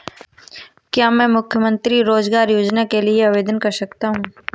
क्या मैं मुख्यमंत्री रोज़गार योजना के लिए आवेदन कर सकता हूँ?